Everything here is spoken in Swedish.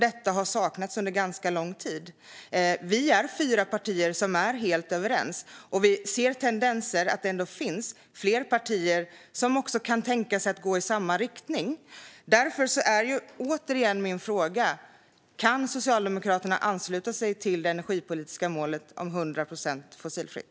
Detta har saknats under ganska lång tid. Vi är fyra partier som är helt överens, och vi ser tendenser till att det finns fler partier som kan tänka sig att gå i samma riktning. Därför vill jag återigen fråga: Kan Socialdemokraterna ansluta sig till det energipolitiska målet om 100 procent fossilfritt?